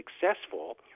successful